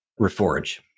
Reforge